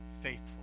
faithful